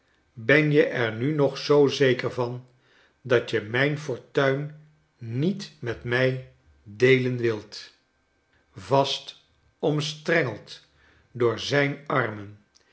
ben je er nu nog zoo zeker van dat je mijn fortuin niet met mij deelen wilt vast omstrengeld door zijn armen